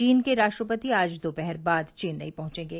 चीन के राष्ट्रपति आज दोपहर बाद चेन्नई पहंडेंगे